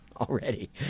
already